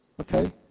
okay